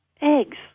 eggs